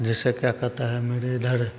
जैसे क्या कहता है मेरे इधर